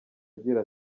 agira